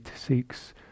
seeks